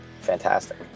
fantastic